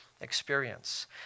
experience